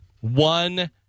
one